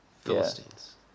Philistines